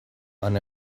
han